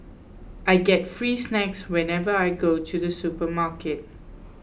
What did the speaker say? I get free snacks whenever I go to the supermarket